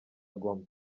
ngoma